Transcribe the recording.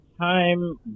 time